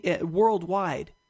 worldwide